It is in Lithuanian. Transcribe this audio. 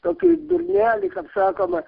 tokį durnelį kaip sakoma